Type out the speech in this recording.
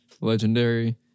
legendary